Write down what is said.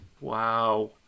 Wow